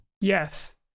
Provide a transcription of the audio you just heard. Yes